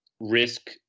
risk